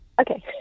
Okay